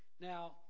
Now